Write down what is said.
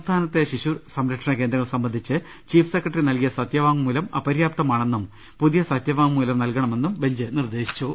സംസ്ഥാനത്തെ ശിശു സംരക്ഷണ കേന്ദ്രങ്ങൾ സംബന്ധിച്ച് ചീഫ് സെക്രട്ടറി നൽകിയ സത്യവാങ്മൂലം അപര്യാപ്തമാണെന്നും പുതിയ സത്യവാങ്മൂലം നൽകണമെന്നും ബെഞ്ച് നിർദ്ദേശിച്ചു